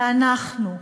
ואנחנו,